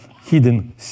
hidden